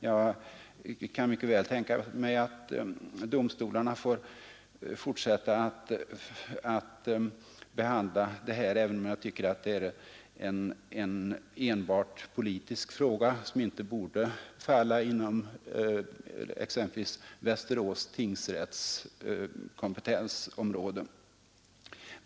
Jag kan mycket väl tänka mig att domstolarna får fortsätta att behandla det här, även om jag tycker att det är en enbart politisk fråga, som inte borde falla inom exempelvis Västerås tingsrätts kompetensområde.